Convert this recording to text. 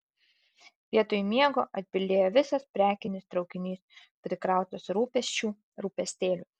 vietoj miego atbildėjo visas prekinis traukinys prikrautas rūpesčių rūpestėlių